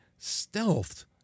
stealthed